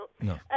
No